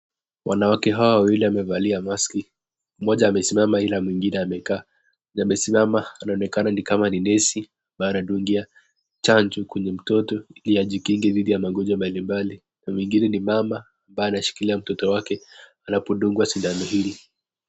Wanawake hawa wawili wamevalia maski. Mmoja amesimama ila mwingine amekaa. Mwenye amesimama anaonekana ni kama ni nesi ambaye anadungia chanjo kwenye mtoto ili ajikinge didhi ya magonjwa mbali mbali na mwingine ni mama ambaye ameshikilia mtoto wake anapodungwa shindano hii.